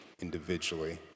individually